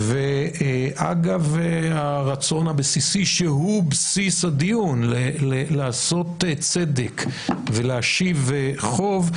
ואגב הרצון הבסיסי שהוא בסיס הדיון לעשות צדק ולהשיב חוב,